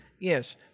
Yes